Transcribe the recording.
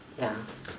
ya